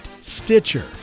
Stitcher